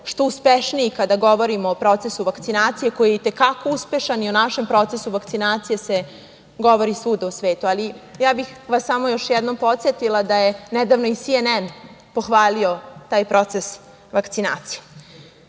što uspešniji kada govorimo o procesu vakcinacije, koji je itekako uspešan i o našem procesu vakcinacije se govori svuda u svetu. Ja bih vas samo još jednom podsetila da je nedavno i CNN pohvalio taj proces vakcinacije.